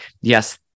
yes